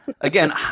again